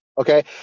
Okay